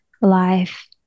life